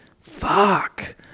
Fuck